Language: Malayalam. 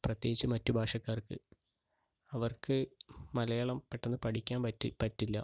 പ്രത്യേകിച്ച് മറ്റു ഭാഷക്കാർക്ക് അവർക്ക് മലയാളം പെട്ടന്ന് പഠിക്കാൻ പറ്റില്ല